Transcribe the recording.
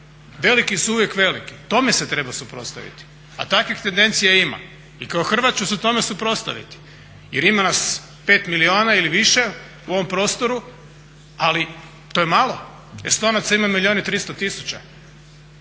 Veliki su uvijek veliki. Tome se treba suprotstaviti a takvih tendencija ima. I kao Hrvat ću se tome suprotstaviti. Jer ima nas 5 milijuna ili više u ovom prostoru ali to je malo. Estonaca ima milijun i 300 tisuća,